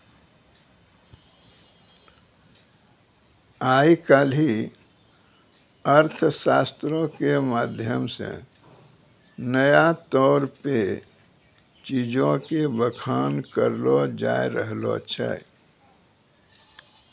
आइ काल्हि अर्थशास्त्रो के माध्यम से नया तौर पे चीजो के बखान करलो जाय रहलो छै